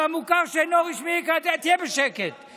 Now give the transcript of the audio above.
במוכר שאינו רשמי, 75%,